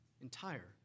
entire